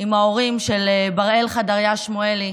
עם ההורים של בראל חדריה שמואלי,